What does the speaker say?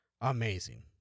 amazing